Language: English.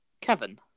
kevin